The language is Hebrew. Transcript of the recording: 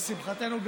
לשמחתנו,